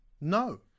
No